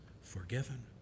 forgiven